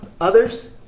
others